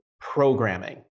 programming